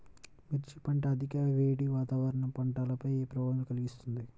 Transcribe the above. మిర్చి పంట అధిక వేడి వాతావరణం పంటపై ఏ ప్రభావం కలిగిస్తుంది?